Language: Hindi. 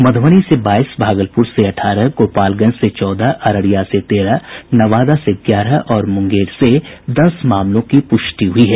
मध्रबनी से बाईस भागलपुर से अठारह गोपालगंज से चौदह अररिया से तेरह नवादा से ग्यारह और मुंगेर से दस मामलों की प्रष्टि हुई है